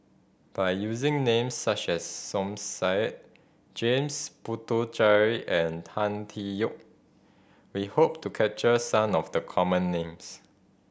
by using names such as Som Said James Puthucheary and Tan Tee Yoke we hope to capture some of the common names